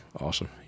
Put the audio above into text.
Awesome